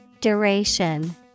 Duration